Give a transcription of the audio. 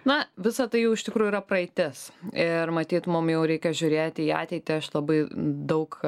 na visa tai jau iš tikrųjų yra praeitis ir matyt mum jau reikia žiūrėti į ateitį aš labai daug